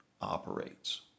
operates